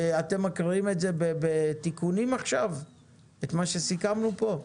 אתם מקריאים עם התיקונים את מה שסיכמנו פה?